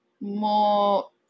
more